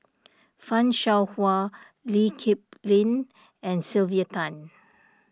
Fan Shao Hua Lee Kip Lin and Sylvia Tan